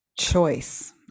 choice